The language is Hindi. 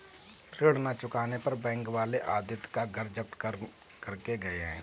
ऋण ना चुकाने पर बैंक वाले आदित्य का घर जब्त करके गए हैं